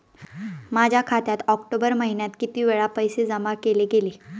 माझ्या खात्यात ऑक्टोबर महिन्यात किती वेळा पैसे जमा केले गेले?